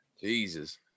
Jesus